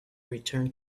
return